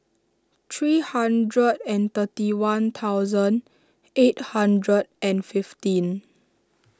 three hundred and thirty one thousand eight hundred and fifteen